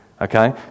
Okay